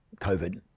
COVID